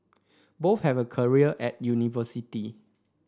both have a career at university